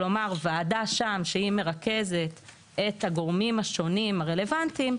כלומר ועדה שם שהיא מרכזת את הגורמים השונים הרלוונטיים,